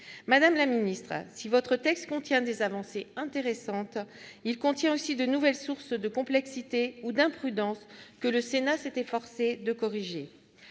Madame la ministre, si votre texte contient des avancées intéressantes, il contient aussi de nouvelles sources de complexité ou d'imprudence que le Sénat s'est efforcé de corriger.